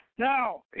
Now